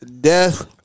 Death